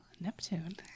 Neptune